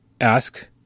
ask